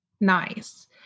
Nice